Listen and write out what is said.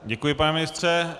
Děkuji, pane ministře.